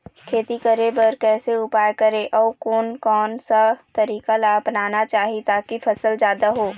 खेती करें बर कैसे उपाय करें अउ कोन कौन सा तरीका ला अपनाना चाही ताकि फसल जादा हो?